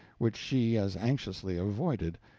which she as anxiously avoided,